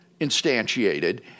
instantiated